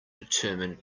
determine